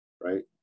right